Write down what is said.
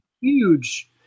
huge